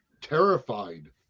terrified